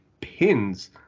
pins